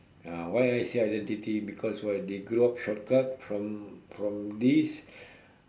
ya why I say identity because why they grew up short cut from from this